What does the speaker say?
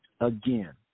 again